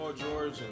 George